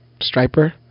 striper